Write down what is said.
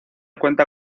cuenta